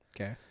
okay